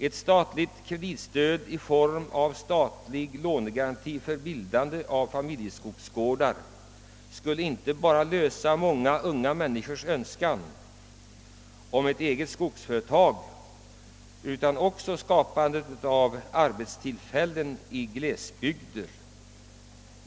Ett statligt kreditstöd i form av statlig Iånegaranti för bildande av familjeskogsgårdar skulle inte bara medverka till att uppfylla många unga människors önskan om ett eget skogsföretag utan också skapa arbetstillfällen i glesbygder.